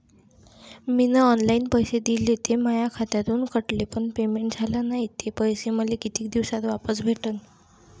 मीन online पैसे दिले, ते माया खात्यातून कटले, पण पेमेंट झाल नायं, ते पैसे मले कितीक दिवसात वापस भेटन?